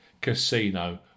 casino